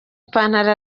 ipantaro